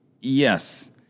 Yes